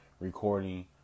recording